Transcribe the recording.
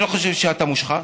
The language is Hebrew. אני לא חושב שאתה מושחת